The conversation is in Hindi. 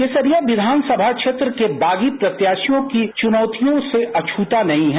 केसरिया विधान सभा क्षेत्र भी बागी प्रत्याशियों की चुनौती से अछूता नहीं है